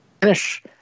finish